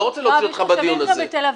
לא רוצה להוציא אותך בדיון הזה.